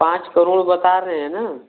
पाँच करोड़ बता रहे हैं ना